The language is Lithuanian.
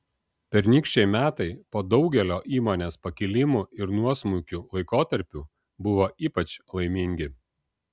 pernykščiai metai po daugelio įmonės pakilimų ir nuosmukių laikotarpių buvo ypač laimingi